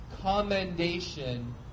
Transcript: commendation